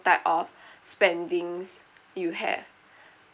type of spendings you have